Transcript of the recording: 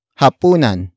hapunan